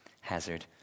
hazard